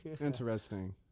Interesting